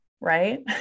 right